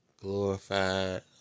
glorified